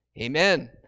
amen